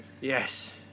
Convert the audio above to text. Yes